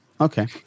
okay